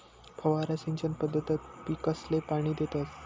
फवारा सिंचन पद्धतकंन पीकसले पाणी देतस